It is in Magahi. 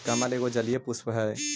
कमल एगो जलीय पुष्प हइ